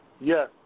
Yes